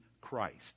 Christ